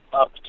up